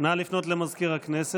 אנא לפנות למזכיר הכנסת, בבקשה.